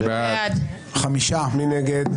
מי נגד?